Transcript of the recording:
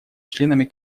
членами